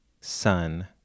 sun